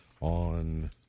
on